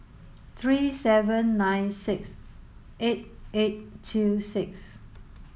three seven nine six eight eight two six